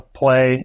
play